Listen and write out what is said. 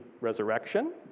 resurrection